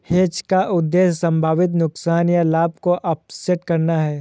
hedge का उद्देश्य संभावित नुकसान या लाभ को ऑफसेट करना है